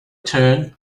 turned